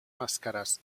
màscares